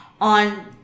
on